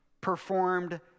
performed